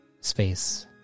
space